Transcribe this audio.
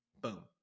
Boom